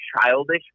childish